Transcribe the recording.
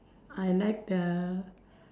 I like the